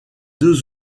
deux